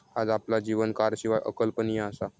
आज आपला जीवन कारशिवाय अकल्पनीय असा